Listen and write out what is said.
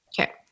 Okay